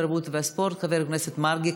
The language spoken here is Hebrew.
התרבות והספורט חבר הכנסת מרגי.